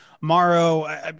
morrow